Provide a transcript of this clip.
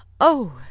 Oh